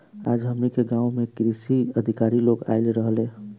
आज हमनी के गाँव में कृषि अधिकारी लोग आइल रहले